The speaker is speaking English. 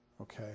Okay